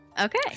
Okay